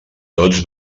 tots